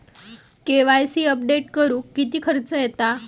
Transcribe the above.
KYC update करुक किती खर्च येता?